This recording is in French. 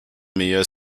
meilleur